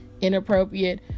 inappropriate